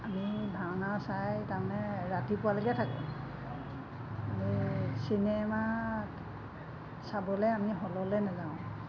আমি ভাওনা চাই তাৰমানে ৰাতিপুৱালৈকে থাকোঁ আমি চিনেমা চাবলৈ আমি হললৈ নাযাওঁ